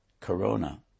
Corona